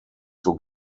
zur